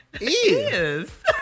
Yes